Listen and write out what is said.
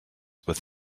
with